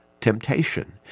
temptation